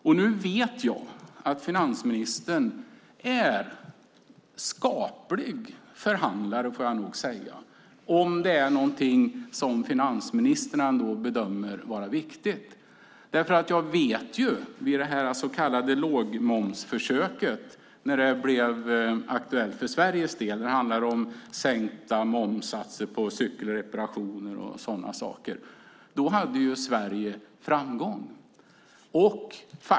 Jag vet att finansministern är en skaplig förhandlare - det får jag nog säga - om det är något som finansministern bedömer vara viktigt. Jag vet att när det så kallade lågmomsförsöket blev aktuellt för Sveriges del med sänkta momssatser på cykelreparationer och sådana saker hade Sverige framgång.